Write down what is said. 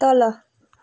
तल